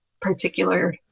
particular